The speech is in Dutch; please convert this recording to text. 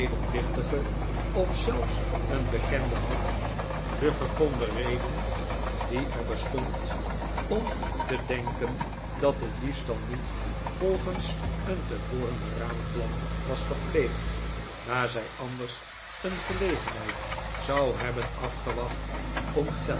medeplichtige of zelfs een bekende had de gegronde reden die er bestond om te denken dat de diefstal niet volgens een tevoren beraamd plan was gepleegd daar zij anders een gelegenheid zou hebben afgewacht om geld